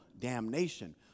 damnation